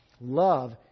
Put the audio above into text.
Love